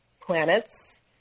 planets